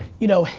you know,